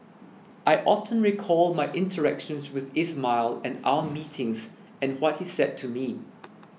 I often recall my interactions with Ismail and our meetings and what he said to me